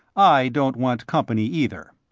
i don't want company either.